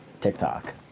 TikTok